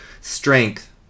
Strength